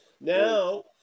Now